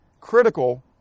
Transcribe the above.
critical